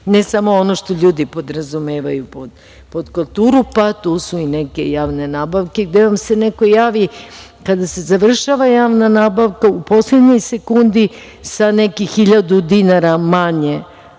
ne samo ono što ljudi podrazumevaju pod kulturu. Tu su i neke javne nabavke gde vam se neko javi kada se završava javna nabavka, u poslednjoj sekundi sa nekih 1.000 dinara manjom